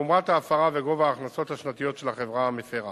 חומרת ההפרה וגובה ההכנסות השנתיות של החברה המפירה.